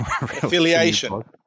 Affiliation